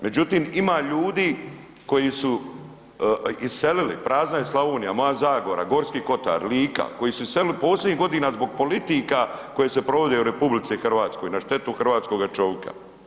Međutim, ima ljudi koji su iselili, prazna je Slavonija, moja Zagora, Gorski Kotar, Lika, koji su iselili posljednjih godina zbog politika koje se provode u RH na štetu hrvatskoga čovika.